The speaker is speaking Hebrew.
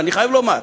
אני חייב לומר.